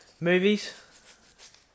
Movies